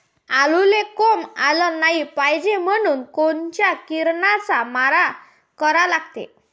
आलूले कोंब आलं नाई पायजे म्हनून कोनच्या किरनाचा मारा करा लागते?